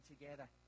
together